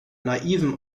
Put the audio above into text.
naiven